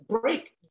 break